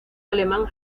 alemán